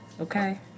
Okay